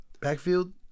backfield